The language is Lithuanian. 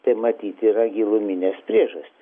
tai matyt yra giluminės priežastys